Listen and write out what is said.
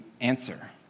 answer